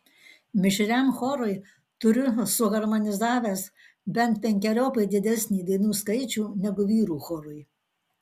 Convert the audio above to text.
mišriam chorui turiu suharmonizavęs bent penkeriopai didesnį dainų skaičių negu vyrų chorui